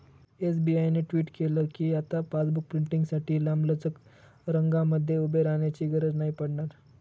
SBI ने tweet केल कीआता पासबुक प्रिंटींगसाठी लांबलचक रंगांमध्ये उभे राहण्याची गरज नाही पडणार